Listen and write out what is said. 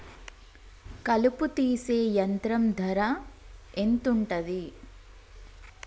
కలుపు తీసే యంత్రం ధర ఎంతుటది?